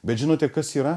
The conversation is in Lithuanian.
bet žinote kas yra